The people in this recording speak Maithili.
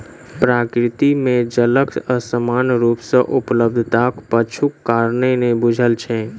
प्रकृति मे जलक असमान रूप सॅ उपलब्धताक पाछूक कारण नै बूझल छै